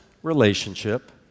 relationship